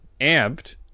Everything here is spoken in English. amped